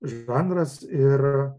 žanras ir